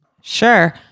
Sure